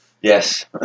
Yes